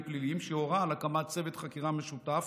פליליים שהורה על הקמת צוות חקירה משותף